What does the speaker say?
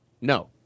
no